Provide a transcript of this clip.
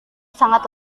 sangat